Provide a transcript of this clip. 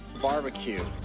barbecue